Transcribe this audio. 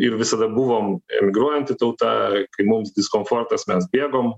ir visada buvom emigruojanti tauta kai mums diskomfortas mes bėgom